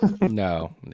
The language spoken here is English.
No